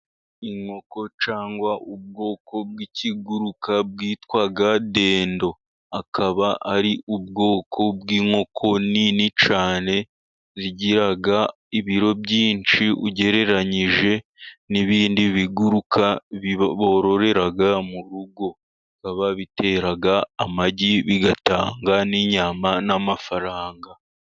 Inkoko cyangwa ubwoko bw'ikiguruka bwitwa dendo. Akaba ari ubwoko bw'inkoko nini cyane zigira ibiro byinshi ugereranyije n'ibindi biguruka, bororera mu rugo. Biba bitera amagi, bigatanga n'inyama, n'amafaranga.